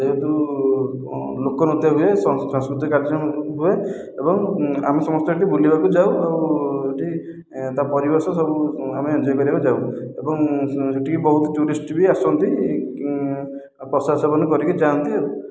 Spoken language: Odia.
ଯେହେତୁ କଣ ଲୋକନୃତ୍ୟ ହୁଏ ସାଂସ୍କୃତିକ କାର୍ଯ୍ୟକ୍ରମ ହୁଏ ଏବଂ ଆମେ ସମସ୍ତେ ସେଠି ବୁଲିବାକୁ ଯାଉ ଆଉ ଏଠି ତା ପରିବେଶ ସବୁ ଆମେ ଏଞ୍ଜଏ କରିବାକୁ ଯାଉ ଏବଂ ସେଠିକି ବହୁତ ଟୁରିଷ୍ଟ୍ ବି ଆସନ୍ତି ଆଉ ପ୍ରସାଦ ସେବନ କରିକି ଯାଆନ୍ତି ଆଉ